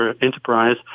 enterprise